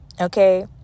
Okay